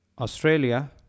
Australia